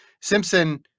Simpson